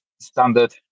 standard